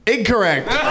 Incorrect